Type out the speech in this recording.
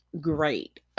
Great